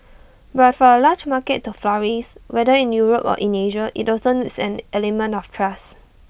but for A large market to flourish whether in Europe or in Asia IT also needs an element of trust